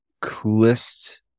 coolest